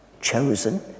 chosen